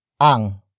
ang